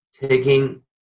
taking